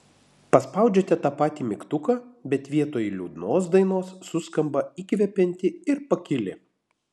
paspaudžiate tą patį mygtuką bet vietoj liūdnos dainos suskamba įkvepianti ir pakili